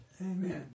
Amen